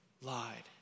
lied